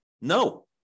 No